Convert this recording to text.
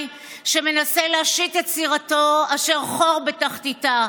שמנסה להשיט את סירתו אשר חור בתחתיתה.